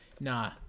nah